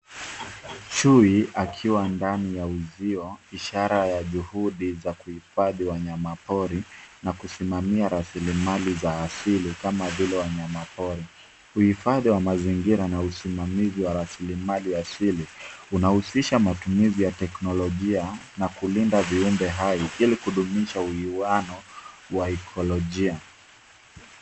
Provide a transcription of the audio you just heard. Chui akiwa ndani ya uzio ishara ya juhudi za kuhifadhi wanyama pori na kusimamia rasilimali za asili kama vile wanyamapori. Uhifadhi wa mazingira na usimamizi wa rasilimali asili unausisha matumizi ya teknolojia na kulinda viumbe hai ili kudumisha uwiano wa ikolojia.